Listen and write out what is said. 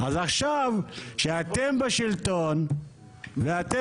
עכשיו כשאתם בשלטון ואתם,